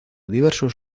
diversos